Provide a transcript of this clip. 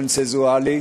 שלי,